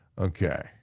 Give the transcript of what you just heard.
Okay